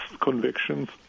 convictions